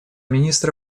министр